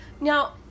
now